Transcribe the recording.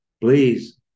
Please